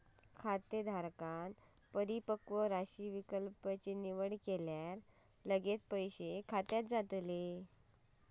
खातेधारकांन परिपक्व राशी विकल्प ची निवड केल्यावर लगेच पैसे खात्यात जातले